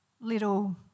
little